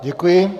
Děkuji.